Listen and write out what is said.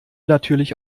natürlich